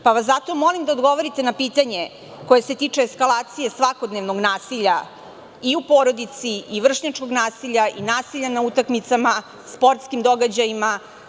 Molim vas da mi odgovorite na pitanje koje se tiče eskalacije svakodnevnog nasilja i u porodici, vršnjačkog nasilja, nasilja na utakmicama, sportskim događajima?